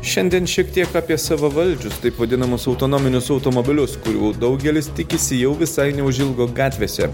šiandien šiek tiek apie savavaldžius taip vadinamus autonominius automobilius kurių daugelis tikisi jau visai neužilgo gatvėse